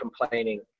complaining